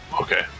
okay